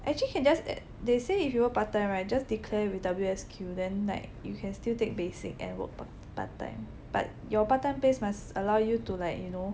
actually you can just that they say if you work part time right just declare with W_S_Q then like you can still take basic and work part time but your part time place must allow you to like you know